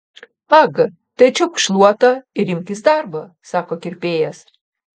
ag tai čiupk šluotą ir imkis darbo sako kirpėjas